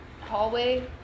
hallway